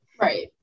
Right